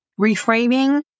Reframing